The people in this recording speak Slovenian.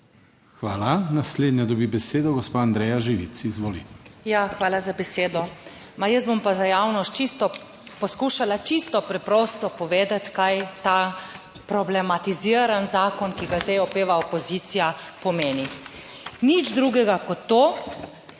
Hvala. Naslednja dobi besedo gospa Andreja Živic, izvolite. **ANDREJA ŽIVIC (PS Svoboda):** Ja, hvala za besedo. Jaz bom pa za javnost čisto, poskušala čisto preprosto povedati, kaj ta problematiziran zakon, ki ga zdaj opeva opozicija, pomeni. Nič drugega kot to,